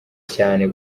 cyane